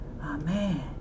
Amen